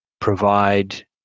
provide